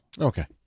Okay